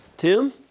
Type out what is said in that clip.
Tim